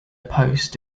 post